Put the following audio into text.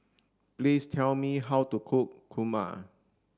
please tell me how to cook Kurma